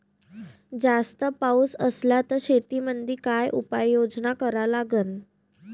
जास्त पाऊस असला त शेतीमंदी काय उपाययोजना करा लागन?